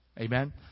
Amen